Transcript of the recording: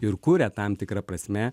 ir kuria tam tikra prasme